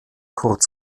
kurz